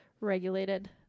regulated